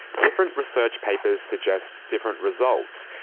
different research papers suggest different results.